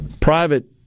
private